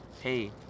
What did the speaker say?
hey